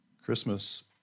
Christmas